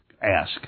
ask